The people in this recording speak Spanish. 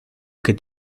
que